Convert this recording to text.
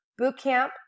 Bootcamp